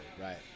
Right